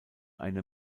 eine